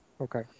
Okay